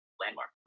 Landmark